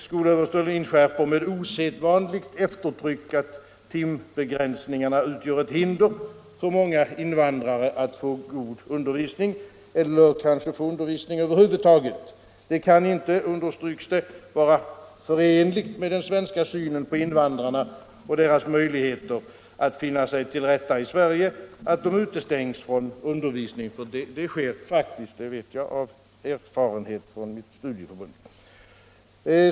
Skolöverstyrelsen inskärper med osedvanligt eftertryck att timbegränsningarna utgör ett hinder för många invandrare att få god undervisning eller kanske få undervisning över huvud taget. Det kan inte, understryks det, vara förenligt med den svenska synen på invandrarna och deras möjligheter att finna sig till rätta i Sverige att de utestängs från undervisning — och det sker faktiskt, det vet jag av erfarenhet från mitt studieförbund.